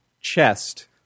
chest